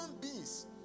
beings